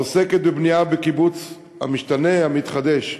העוסקת בבנייה בקיבוץ המשתנה, המתחדש.